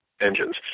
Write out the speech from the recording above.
engines